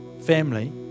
family